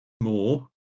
more